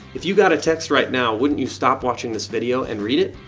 if you got a text right now wouldn't you stop watching this video and read it?